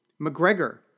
McGregor